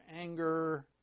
anger